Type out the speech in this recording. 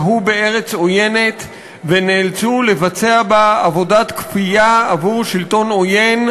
שהו בארץ עוינת ונאלצו לבצע בה עבודת כפייה עבור שלטון עוין,